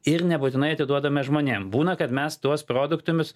ir nebūtinai atiduodame žmonėms būna kad mes tuos produktus